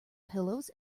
pillows